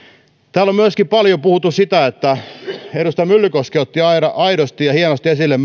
täällä on paljon puhuttu myöskin siitä vientipotentiaalista edustaja myllykoski otti sen aidosti ja hienosti esille